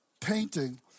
painting